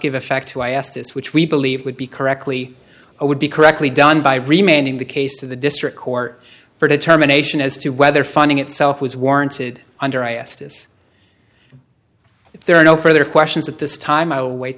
give effect to ask this which we believe would be correctly would be correctly done by remaining the case of the district court for a determination as to whether finding itself was warranted under estis if there are no further questions at this time awa